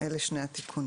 אלה שני התיקונים.